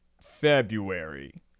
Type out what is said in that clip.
February